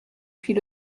puis